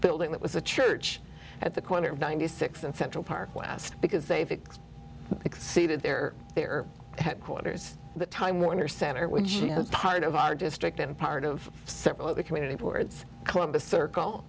building that was the church at the corner of ninety six and central park west because they fix exceeded their their headquarters the time warner center which she is part of our district and part of several other community boards columbus circle